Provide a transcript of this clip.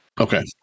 okay